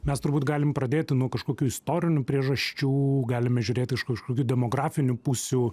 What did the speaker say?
mes turbūt galim pradėti nuo kažkokių istorinių priežasčių galime žiūrėti iš kažkokių demografinių pusių